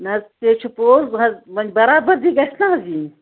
نہ حظ تے چُھ پوٚز وَنہِ برابٔدی گژھِ نہ حظ یِنۍ